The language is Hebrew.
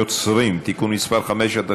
אנחנו עוברים להצעת חוק זכות יוצרים (תיקון מס' 5),